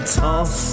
toss